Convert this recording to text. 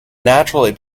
naturally